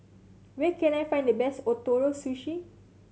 where can I find the best Ootoro Sushi